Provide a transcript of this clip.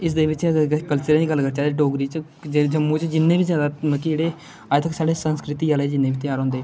ते इसदे बिच कल्चर दी गल्ल करचै डोगरी च जम्मू च जिन्ने बी ज्यादा जहडे़ अजतक साढ़े संस्कृति जिन्ने बी ध्यार होंदे